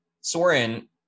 Soren